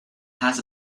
has